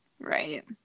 Right